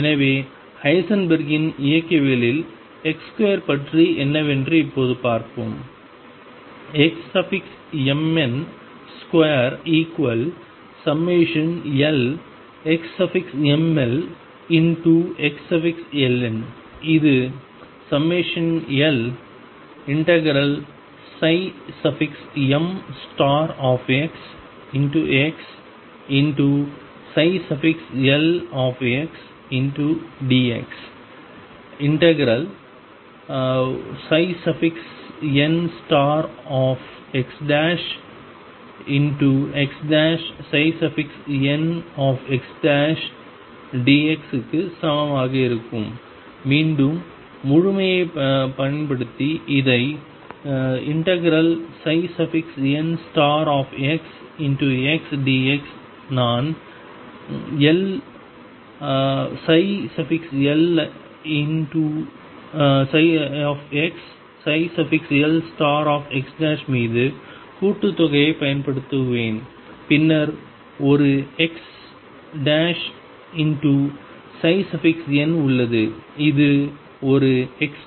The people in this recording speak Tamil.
எனவே ஹைசன்பெர்க்கின் Heisenberg's இயக்கவியலில் x2 பற்றி என்னவென்று இப்போது பார்ப்போம் xmn2lxmlxln இது l∫mxxldx∫nxxnxdx க்கு சமமாக இருக்கும் மீண்டும் முழுமையைப் பயன்படுத்தி இதை ∫nxxdx நான் l lxlx மீது கூட்டுத்தொகையைப் பயன்படுத்துவேன் பின்னர் ஒரு xn உள்ளது இது ஒரு xxdx